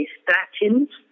statins